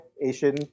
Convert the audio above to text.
Asian